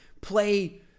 play